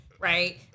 right